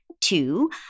two